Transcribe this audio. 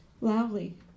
loudly